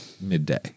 Midday